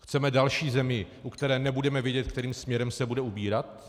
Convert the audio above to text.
Chceme další zemi, u které nebudeme vědět, kterým směrem se bude ubírat?